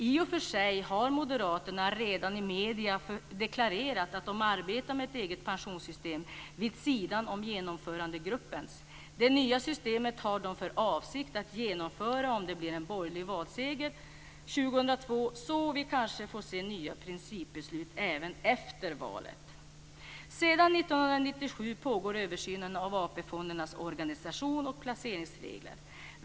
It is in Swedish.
I och för sig har Moderaterna redan i medierna deklarerat att de arbetar med ett eget pensionssystem vid sidan om Genomförandegruppens. Det nya systemet har de för avsikt att genomföra om det blir en borgerlig valseger 2002, så vi kanske får se nya principbeslut även efter valet. Sedan 1997 pågår översynen av AP-fondernas organisation och placeringsregler.